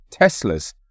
Teslas